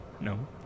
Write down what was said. No